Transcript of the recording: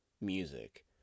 music